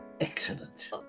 Excellent